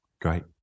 great